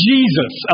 Jesus